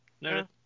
No